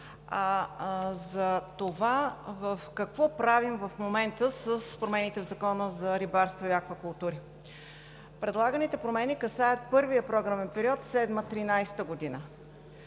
за това: какво правим в момента с промените в Закона за рибарство и аквакултурите? Предлаганите промени касаят първия програмен период 2007 – 2013 г.